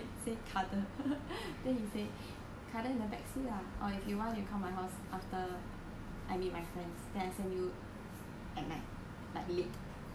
then he say cuddle in the backseat lah or if you want you come my house after I meet my friends then I send you at night like late but it's seventh month lah